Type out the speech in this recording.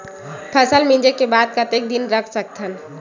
फसल मिंजे के बाद कतेक दिन रख सकथन?